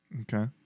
Okay